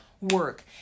work